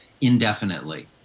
indefinitely